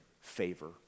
favor